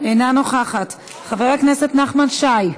אינה נוכחת, חבר הכנסת נחמן שי,